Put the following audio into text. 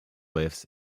cliffs